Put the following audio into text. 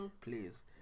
Please